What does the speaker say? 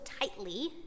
tightly